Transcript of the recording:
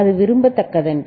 அது விரும்ப தக்கதன்று